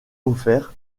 offerts